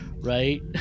right